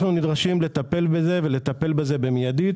אנחנו נדרשים לטפל בזה ולטפל בזה במיידית.